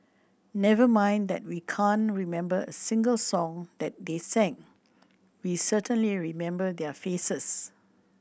never mind that we can't remember a single song that they sing we certainly remember their faces